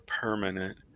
permanent